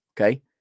Okay